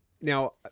Now